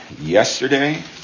yesterday